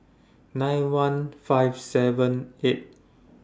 nine one five seven eight